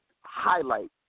highlight